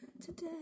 today